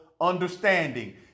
understanding